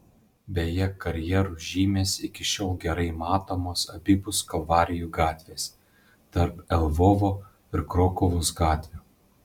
beje karjerų žymės iki šiol gerai matomos abipus kalvarijų gatvės tarp lvovo ir krokuvos gatvių